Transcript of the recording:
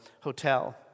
hotel